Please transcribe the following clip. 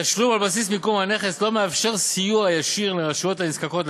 תשלום על בסיס מיקום הנכס לא מאפשר סיוע ישיר לרשויות הנזקקות לכך,